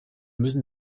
müssen